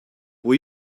will